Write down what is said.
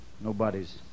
nobody's